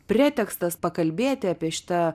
pretekstas pakalbėti apie šitą